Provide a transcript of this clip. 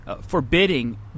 forbidding